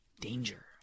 danger